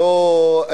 כללי,